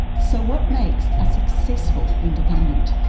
so what makes a successful independent?